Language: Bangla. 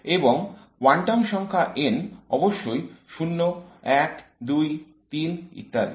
এবং কোয়ান্টাম সংখ্যা n অবশ্যই 0 1 2 3 ইত্যাদি